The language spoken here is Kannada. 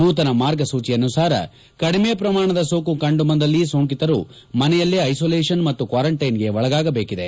ನೂತನ ಮಾರ್ಗಸೂಚಿ ಅನುಸಾರ ಕಡಿಮೆ ಪ್ರಮಾಣದ ಸೋಂಕು ಕಂಡು ಬಂದಲ್ಲಿ ಸೋಂಕಿತರು ಮನೆಯಲ್ಲೇ ಐಸೋಲೇಷನ್ ಮತ್ತು ಕ್ವಾರಂಟೈನ್ಗೆ ಒಳಗಾಗಬೇಕಿದೆ